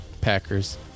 Packers